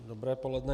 Dobré odpoledne.